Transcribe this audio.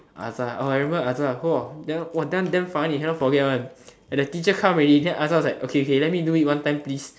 Azhar oh I remember Azhar !woah! that one damn funny cannot forget one and the teacher come already then Azhar was like okay okay let me do it one time please